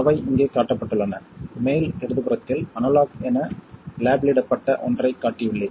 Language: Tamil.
அவை இங்கே காட்டப்பட்டுள்ளன மேல் இடதுபுறத்தில் அனலாக் என லேபிளிடப்பட்ட ஒன்றைக் காட்டியுள்ளேன்